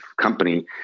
company